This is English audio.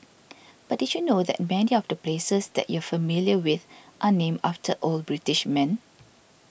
but did you know that many of the places that you're familiar with are named after old British men